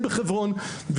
נמצאים בתי הדפוס הזולים ביותר,